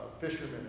fishermen